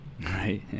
Right